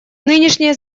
нынешнее